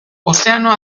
ozeano